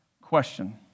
question